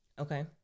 Okay